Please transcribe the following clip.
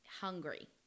hungry